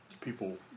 people